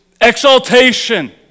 exaltation